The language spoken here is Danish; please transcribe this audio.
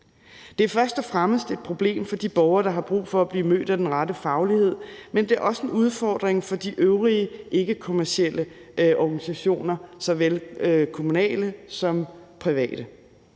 Det er først og fremmest et problem for de borgere, der har brug for at blive mødt med den rigtige faglighed, men det er også en udfordring for de øvrige ikkekommercielle organisationer, såvel kommunale som private.